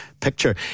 picture